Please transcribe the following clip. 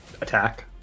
attack